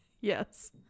Yes